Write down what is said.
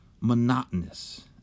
monotonous